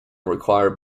required